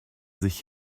sich